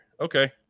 Okay